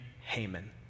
Haman